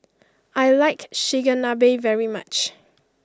I like Chigenabe very much